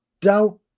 doubt